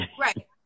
Right